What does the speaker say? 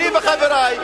אני וחברי,